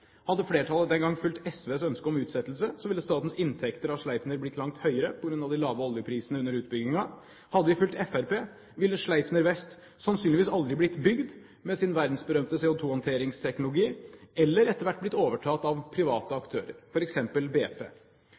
Hadde flertallet den gang fulgt SVs ønske om utsettelse, så ville statens inntekter av Sleipner ha blitt langt høyere på grunn av de lave oljeprisene under utbyggingen. Hadde vi fulgt Fremskrittspartiet, ville Sleipner Vest sannsynligvis aldri blitt bygd med sin verdensberømte CO2-håndteringsteknologi, eller etter hvert blitt overtatt av private aktører, f.eks. BP.